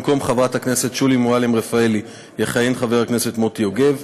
במקום חברת הכנסת שולי מועלם-רפאלי יכהן חבר הכנסת מוטי יוגב,